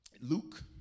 Luke